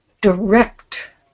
direct